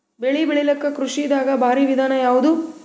ಬೆಳೆ ಬೆಳಿಲಾಕ ಕೃಷಿ ದಾಗ ಭಾರಿ ವಿಧಾನ ಯಾವುದು?